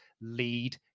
lead